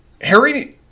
Harry